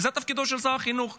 וזה תפקידו של שר החינוך.